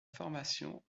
formation